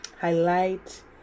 highlight